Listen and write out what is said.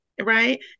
right